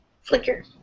Flicker